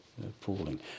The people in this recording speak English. appalling